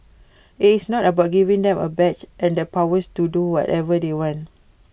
IT is not about giving them A badge and the powers to do whatever they want